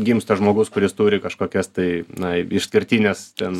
gimsta žmogus kuris turi kažkokias tai na išskirtines ten